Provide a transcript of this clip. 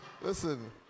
Listen